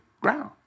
ground